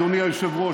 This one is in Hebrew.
אדוני היושב-ראש,